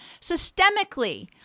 Systemically